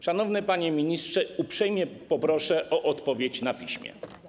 Szanowny panie ministrze, uprzejmie poproszę o odpowiedź na piśmie.